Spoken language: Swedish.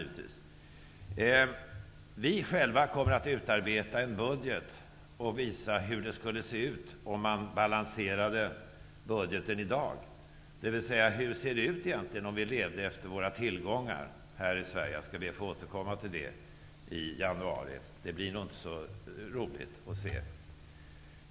Vi själva kommer dock att utarbeta en budget och visa hur det skulle se ut om man balanserade budgeten i dag, dvs. hur det egentligen skulle se ut om vi levde efter våra tillgångar här i Sverige. Jag skall be att få återkomma till det i januari. Det blir nog inte så roligt att se.